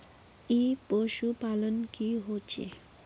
ई पशुपालन की होचे?